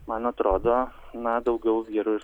man atrodo na daugiau vyrus